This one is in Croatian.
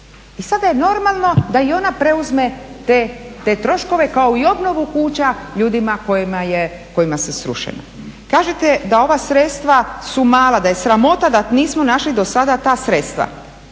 I sada je normalno da i ona preuzme te troškove kao i obnovu kuća ljudima kojima su srušene. Kažete da ova sredstva su mala, da je sramota da nismo našli dosada ta sredstva